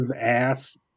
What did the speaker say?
ass